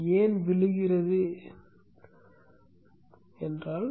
ஏன் விழுகிறது என்று சொல்கிறோம்